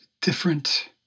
different